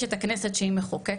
יש את הכנסת שהיא מחוקקת,